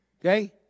okay